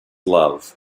love